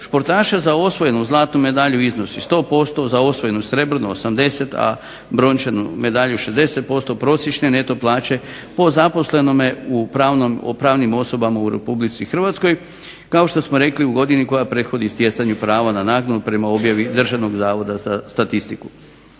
športaša za osvojenu zlatnu medalju iznosi 100%, za osvojenu srebrnu 80, a brončanu medalju 60% prosječne neto plaće po zaposlenome o pravnim osobama u Republici Hrvatskoj kao što smo rekli u godini koja prethodi stjecanju prava na naknadu prema objavi Državnog zavoda za statistiku.